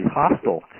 hostile